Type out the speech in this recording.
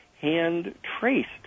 hand-traced